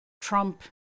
Trump